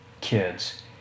kids